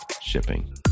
shipping